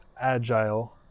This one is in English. agile